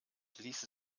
ließe